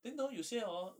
then hor 有些 hor